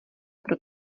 pro